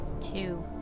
Two